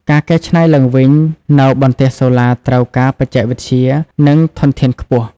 ការកែច្នៃឡើងវិញនូវបន្ទះសូឡាត្រូវការបច្ចេកវិទ្យា និងធនធានខ្ពស់។